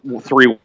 three